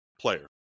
player